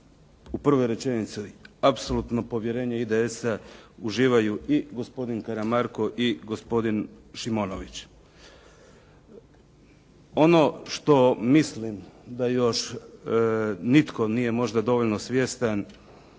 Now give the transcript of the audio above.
u prvoj rečenici apsolutno povjerenje IDS-a uživaju i gospodin Karamarko i gospodin Šimonović. Ono što mislim da još nitko nije možda dovoljno svjestan